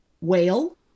whale